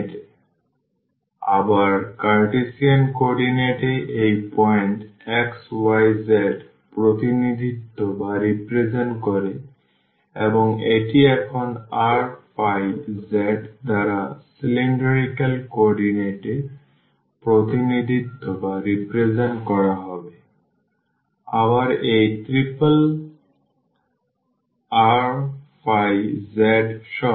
সুতরাং আবার Cartesian coordinate এ এই পয়েন্ট xyz প্রতিনিধিত্ব করে এবং এটি এখন rϕz দ্বারা এই সিলিন্ড্রিক্যাল কোঅর্ডিনেট এ প্রতিনিধিত্ব করা হবে সুতরাং আবার এই ত্রিপল rϕz সহ